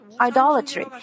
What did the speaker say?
Idolatry